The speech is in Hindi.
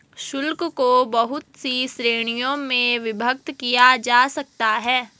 शुल्क को बहुत सी श्रीणियों में विभक्त किया जा सकता है